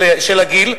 של הגיל,